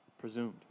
presumed